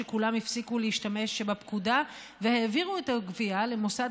וכולם הפסיקו להשתמש בפקודה והעבירו את הגבייה למוסד